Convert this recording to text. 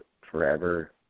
forever